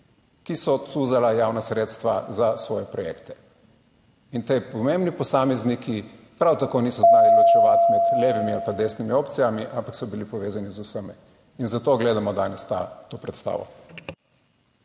ki so cuzala javna sredstva za svoje projekte in ti pomembni posamezniki prav tako niso znali ločevati med levimi ali pa desnimi opcijami, ampak so bili povezani z vsemi. In zato gledamo danes to predstavo.